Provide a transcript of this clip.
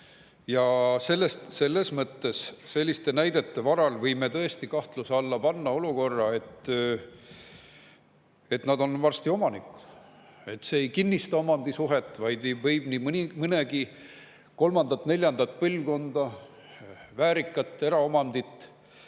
maja enam pidada. Selliste näidete varal võime tõesti kahtluse alla panna olukorra, et nad on [ka edaspidi] omanikud. See [maks] ei kinnista omandisuhet, vaid võib nii mõnegi kolmandat-neljandat põlvkonda väärikat eraomandit